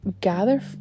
gather